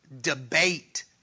debate